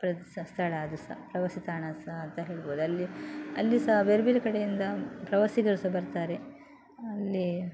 ಪ್ರಶಸ್ತ ಸ್ಥಳ ಅದು ಸಹ ಪ್ರವಾಸಿ ತಾಣ ಸಹ ಅಂತ ಹೇಳ್ಬೋದು ಅಲ್ಲಿ ಅಲ್ಲಿ ಸಹ ಬೇರ್ಬೇರೆ ಕಡೆಯಿಂದ ಪ್ರವಾಸಿಗರು ಸಹ ಬರ್ತಾರೆ ಅಲ್ಲಿ